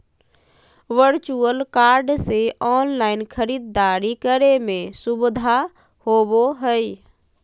virtual card से online खरीदारी करे में सुबधा होबो हइ